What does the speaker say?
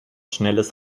schnelles